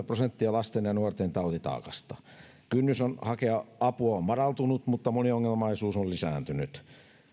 prosenttia lasten ja nuorten tautitaakasta kynnys hakea apua on madaltunut mutta moniongelmaisuus on lisääntynyt